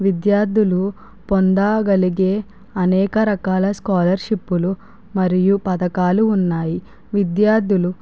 విద్యార్థులు పొందాగలిగే అనేక రకాల స్కాలర్షిప్పులు మరియు పథకాలు ఉన్నాయి విద్యార్థులు